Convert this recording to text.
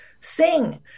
Sing